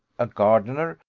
a gardener,